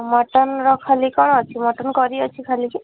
mutton ର ଖାଲି କଣ ଅଛି ମଟନ୍ କରି ଅଛି ଖାଲି କି